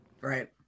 right